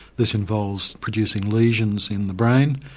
this involves producing lesions in the brain.